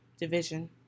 Division